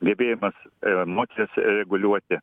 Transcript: gebėjimas ar emocijas reguliuoti